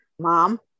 Mom